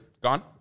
gone